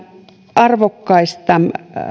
arvokkaista